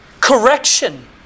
correction